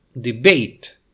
debate